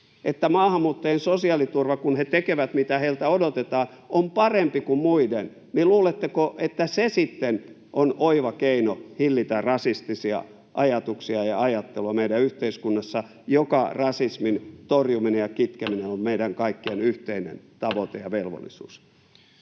että maahanmuuttajien sosiaaliturva, kun he tekevät, mitä heiltä odotetaan, on parempi kuin muiden, se sitten on oiva keino hillitä rasistisia ajatuksia ja ajattelua meidän yhteiskunnassa, kun rasismin torjuminen ja kitkeminen on meidän kaikkien yhteinen tavoite ja velvollisuus?